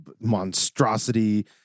monstrosity